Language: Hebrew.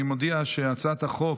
אני מודיע שהצעת החוק